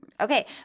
Okay